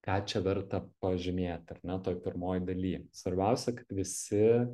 ką čia verta pažymėt ar ne toj pirmoj daly svarbiausia kad visi